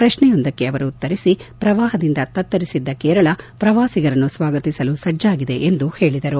ಪ್ರಶ್ನೆಯೊಂದಕ್ಕೆ ಉತ್ತರಿಸಿ ಪ್ರವಾಹದಿಂದ ತತ್ತರಿಸಿದ ಕೇರಳ ಪ್ರವಾಸಿಗರನ್ನು ಸ್ವಾಗತಿಸಲು ಸಜ್ಣಾಗಿದೆ ಎಂದು ಹೇಳದರು